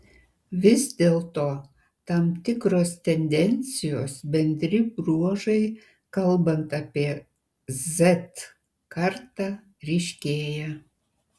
vis dėlto tam tikros tendencijos bendri bruožai kalbant apie z kartą ryškėja